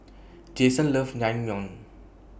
Jayson loves Naengmyeon